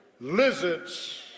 lizards